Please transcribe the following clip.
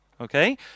okay